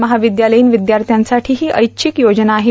महाविद्यालयीन विद्यार्थ्यासाठी ही ऐच्छिक योजना आहे